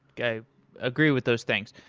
i agree with those things.